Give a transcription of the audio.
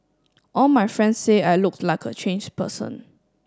all my friends say I look like a changed person